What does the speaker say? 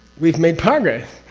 we've made progress.